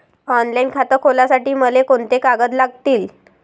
Online खातं खोलासाठी मले कोंते कागद लागतील?